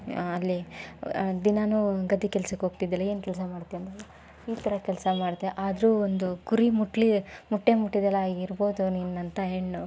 ಅಲ್ಲಿ ದಿನಾಲೂ ಗದ್ದೆ ಕೆಲಸಕ್ಕೋಗ್ತಿದಿಯಲ್ಲ ಏನು ಕೆಲಸ ಮಾಡ್ತಿ ಅಂದಾಗ ಈ ಥರ ಕೆಲಸ ಮಾಡ್ತಿ ಆದರೂ ಒಂದು ಕುರಿ ಮುಟ್ಲಿ ಮುಟ್ಟೆ ಮುಟ್ಟುದೆಲ್ಲ ಆಗಿರ್ಬೋದು ನಿನ್ನಂಥ ಹೆಣ್ಣು